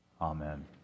Amen